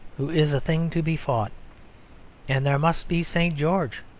who is a thing to be fought and there must be st. george,